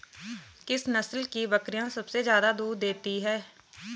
किस नस्ल की बकरीयां सबसे ज्यादा दूध देती हैं?